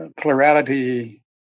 plurality